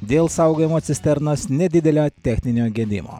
dėl saugojimo cisternos nedidelio techninio gedimo